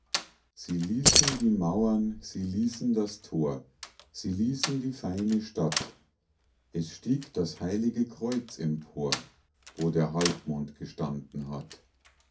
sie ließen die mauern sie ließen das tor sie ließen die feine stadt es stieg das heilige kreuz empor wo der halbmond gestanden hat